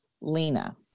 Lena